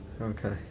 Okay